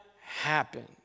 happen